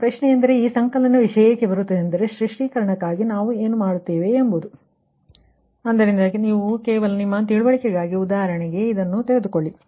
ಈಗ ಪ್ರಶ್ನೆಯೆಂದರೆ ಈ ಸಂಕಲನ ವಿಷಯ ಏಕೆ ಬರುತ್ತದೆ ಸ್ಪಷ್ಟೀಕರಣಕ್ಕಾಗಿ ನಾವು ಏನು ಮಾಡುತ್ತೇವೆ ಎಂಬುದು ಆದ್ದರಿಂದ ನೀವು ಏನು ಮಾಡಬಹುದೆಂದರೆ ಈ ವಿಷಯಕ್ಕಾಗಿ ಕೇವಲ ನಿಮ್ಮ ತಿಳುವಳಿಕೆಗಾಗಿ ಉದಾಹರಣೆಗೆ ಇದನ್ನು ತೆಗೆದುಕೊಳ್ಳಿ